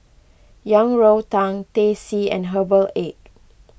Yang Rou Tang Teh C and Herbal Egg